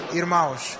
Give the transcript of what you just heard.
irmãos